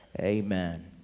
Amen